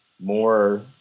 more